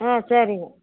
ம் சரிங்க